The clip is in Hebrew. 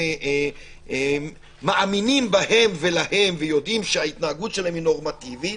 שאנחנו מאמינים באזרחים ויודעים שההתנהגות שלהם היא נורמטיבית,